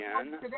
again